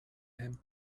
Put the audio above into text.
him